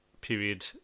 period